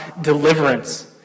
deliverance